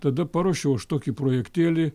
tada paruošiau aš tokį projektėlį